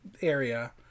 area